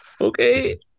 Okay